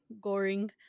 Goring